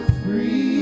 free